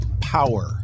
power